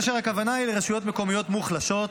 הכוונה היא לרשויות מקומיות מוחלשות,